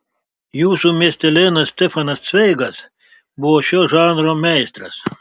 jūsų miestelėnas stefanas cveigas buvo šio žanro meistras